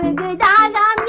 and da da